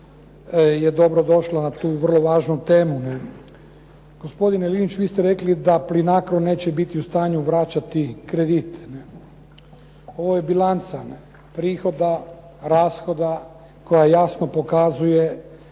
je dobrodošla na tu vrlo važnu temu. Gospodine Linić, vi ste rekli da Plinacro neće biti u stanju vraćati kredit. Ovo je bilanca prihoda, rashoda koja jasno pokazuje